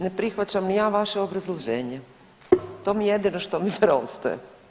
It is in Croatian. Ne prihvaćam ni ja vaše obrazloženje, to mi jedino što mi preostaje.